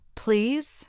please